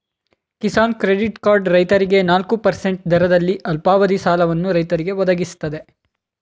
Kisan credit card ರೈತರಿಗೆ ನಾಲ್ಕು percent ದರದಲ್ಲಿ ಅಲ್ಪಾವಧಿ ಸಾಲವನ್ನು ರೈತರಿಗೆ ಒದಗಿಸ್ತದೆ